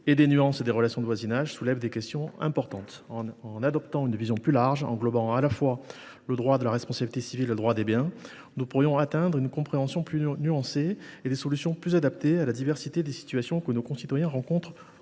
et des nuances des relations de voisinage, soulève des questions importantes. En adoptant une vision plus large, englobant à la fois le droit de la responsabilité civile et le droit des biens, nous pourrions parvenir à une compréhension plus nuancée et à des solutions plus adaptées à la diversité des situations que nos concitoyens rencontrent